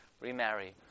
remarry